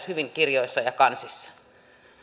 hyvin kirjoissa ja kansissa